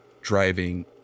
driving